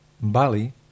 Bali